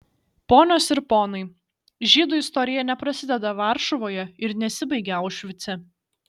ponios ir ponai žydų istorija neprasideda varšuvoje ir nesibaigia aušvice